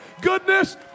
goodness